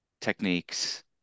techniques